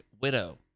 Widow